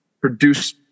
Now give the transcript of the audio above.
produce